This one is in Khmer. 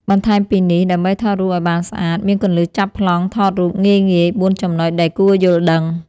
បន្ថែមពីនេះ ដើម្បីថតរូបឱ្យបានស្អាត មានគន្លឹះចាប់ប្លង់ថតរូបងាយៗ ៤ចំណុចដែលគួរយល់ដឹង។